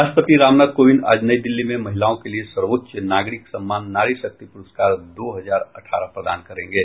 राष्ट्रपति रामनाथ कोविंद आज नई दिल्ली में महिलाओं के लिए सर्वोच्च नागरिक सम्मान नारी शक्ति पुरस्कार दो हजार अठारह प्रदान करेंगे